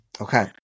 Okay